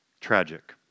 tragic